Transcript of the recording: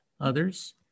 others